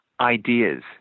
Ideas